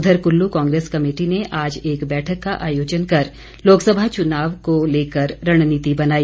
उधर कुल्लू कांग्रेस कमेटी ने आज एक बैठक का आयोजन कर लोकसभा चुनाव को लेकर रणनीति बनाई